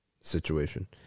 situation